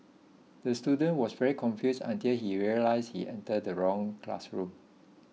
the student was very confused until he realised he entered the wrong classroom